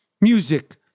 music